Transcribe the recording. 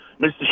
Mr